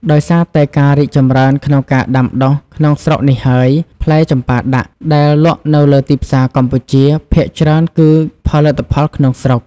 ដោយសារតែការរីកចម្រើនក្នុងការដាំដុះក្នុងស្រុកនេះហើយ ផ្លែចម្ប៉ាដាក់ដែលលក់នៅលើទីផ្សារកម្ពុជា ភាគច្រើនគឺផលិតផលក្នុងស្រុក។